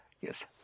Yes